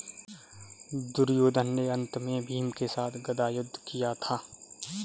दुर्योधन ने अन्त में भीम के साथ गदा युद्ध किया था